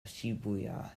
shibuya